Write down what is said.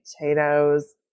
potatoes